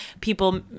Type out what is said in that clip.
people